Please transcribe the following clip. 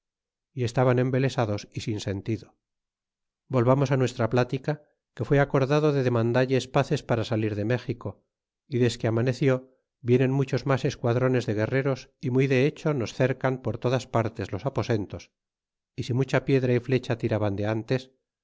y estaban embelesados y sin sentido volvamos nuestra plática que fue acordado de demandalles paces para salir de méxico y desque amaneció vienen muchos reas esquadrones de guerreros y muy de hecho nos cercan por todas partes los aposentos y si mucha piedra y flecha tiraban de ntes